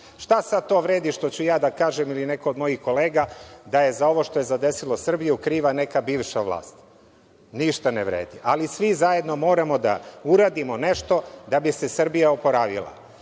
Šta sad to vredi što ću ja da kažem, ili neko od mojih kolega, da je za ovo što je zadesilo Srbiju kriva neka bivša vlast? Ništa ne vredi, ali svi zajedno moramo da uradimo nešto da bi se Srbija oporavila. Kako